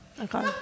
Okay